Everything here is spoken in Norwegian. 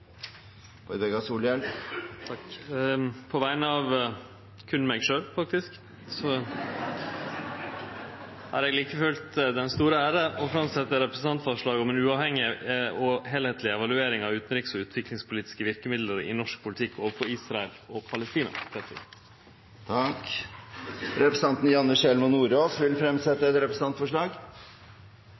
På vegner av berre meg sjølv, faktisk, har eg like fullt den store æra å setje fram representantforslag om ei heilskapleg og uavhengig evaluering av utanriks- og utviklingspolitiske verkemiddel i norsk politikk overfor Israel og Palestina. Representanten Janne Sjelmo Nordås vil fremsette et representantforslag.